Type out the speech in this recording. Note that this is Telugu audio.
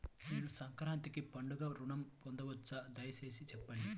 నేను సంక్రాంతికి పండుగ ఋణం పొందవచ్చా? దయచేసి చెప్పండి?